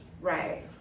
Right